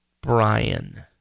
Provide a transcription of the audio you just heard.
Brian